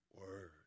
Word